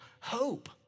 hope